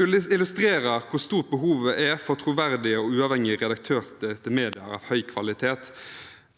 illustrerer hvor stort behovet er for troverdige og uavhengige redaktørstyrte medier av høy kvalitet.